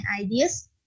ideas